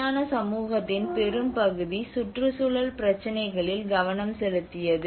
விஞ்ஞான சமூகத்தின் பெரும்பகுதி சுற்றுச்சூழல் பிரச்சினைகளில் கவனம் செலுத்தியது